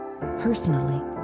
personally